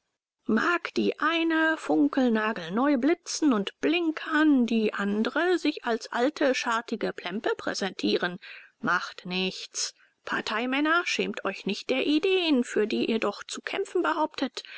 mag die eine funkelnagelneu blitzen und blinkern die andere sich als alte schartige plempe präsentieren macht nichts parteimänner schämt euch nicht der ideen für die ihr doch zu kämpfen behauptet